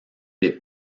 des